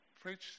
Preach